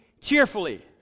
cheerfully